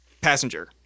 passenger